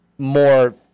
More